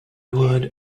word